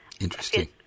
Interesting